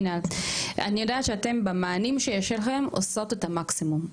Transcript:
אני יודעת שאתן במענים שיש לכן עושות את המקסימום,